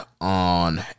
on